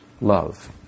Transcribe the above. love